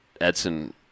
Edson